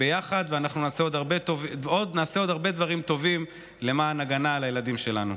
ואנחנו נעשה עוד הרבה דברים טובים למען ההגנה על הילדים שלנו.